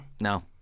no